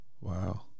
Wow